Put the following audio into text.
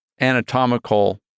anatomical